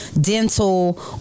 dental